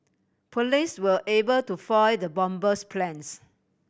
police were able to foil the bomber's plans